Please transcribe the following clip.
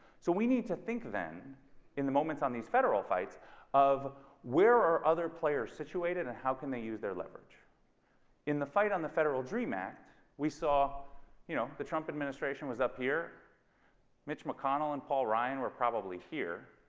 so we need to think then in the moments on these federal fight of where are other players situated and how can they use their leverage in the fight on the federal dream act we saw you know the trumpet ministration was up here mitch mcconnell and paul ryan were probably here